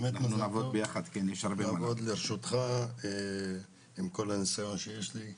נעמוד לרשותך עם כל הניסיון שיש לי.